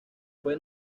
fue